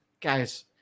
guys